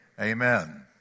Amen